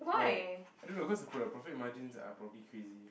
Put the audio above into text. like I don't know cause the pro~ the profit margins are probably crazy